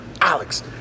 Alex